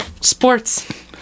sports